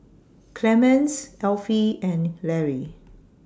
Clemence Elfie and Larry